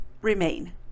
remain